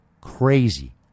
crazy